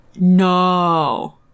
No